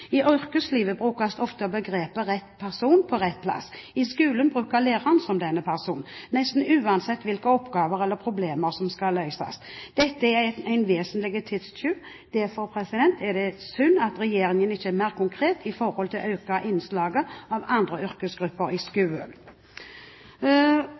I yrkeslivet brukes ofte begrepet rett person på rett plass. I skolen er læreren denne personen, nesten uansett hvilke oppgaver eller problemer som skal løses. Dette er en vesentlig tidstyv. Derfor er det synd at regjeringen ikke er mer konkret i forhold til å øke innslaget av andre yrkesgrupper i